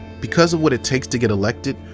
because of what it takes to get elected,